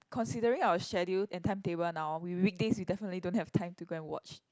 considering our schedule and timetable now we weekdays we definitely don't have time to go and watch